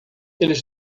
eles